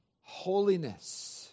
holiness